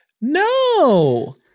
No